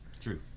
True